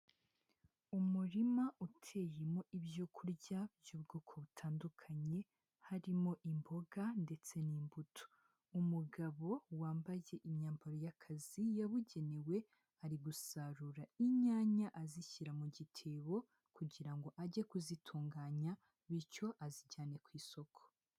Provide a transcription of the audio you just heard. Umurima uteyemo ibyo kurya by'ubwoko butandukanye, harimo imboga ndetse n'imbuto, umugabo wambaye imyambaro y'akazi yabugenewe ari gusarura inyanya azishyira mu gitebo kugira ngo ajye kuzitunganya bityo azijyane ku isoko.